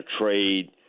trade